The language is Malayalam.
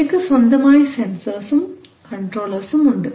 അവയ്ക്ക് സ്വന്തമായി സെൻസർസും കൺട്രോളർസും ഉണ്ട്